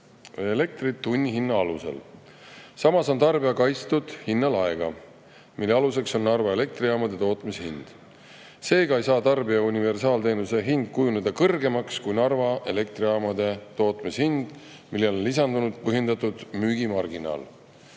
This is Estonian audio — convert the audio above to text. elektrit tunnihinna alusel. Samas on tarbija kaitstud hinnalaega, mille aluseks on Narva elektrijaamade tootmishind. Seega ei saa tarbija universaalteenuse hind kujuneda kõrgemaks kui Narva elektrijaamade tootmishind, millele on lisandunud põhjendatud müügimarginaal.